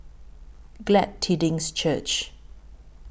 Glad Tidings Church